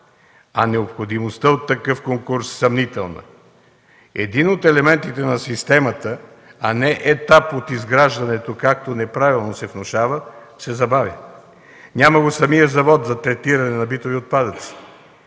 а необходимостта от такъв конкурс – съмнителна. Един от елементите на системата, а не етап от изграждането, както неправилно се внушава, се забави – няма го самия завод за третиране на битови отпадъци.